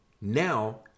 now